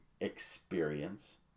experience